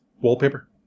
wallpaper